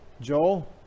Joel